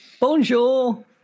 Bonjour